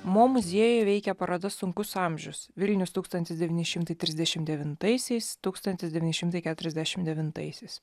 mo muziejuje veikia paroda sunkus amžius vilnius tūkstantis devyni šimtai trisdešimt devintaisiais tūkstantis devyni šimtai keturiasdešimt devintaisiais